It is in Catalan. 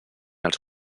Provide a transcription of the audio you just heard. els